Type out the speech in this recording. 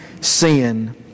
sin